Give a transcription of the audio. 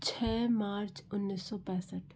छ मार्च उन्नीस सौ पैंसठ